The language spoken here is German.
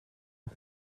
auf